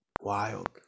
Wild